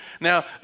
Now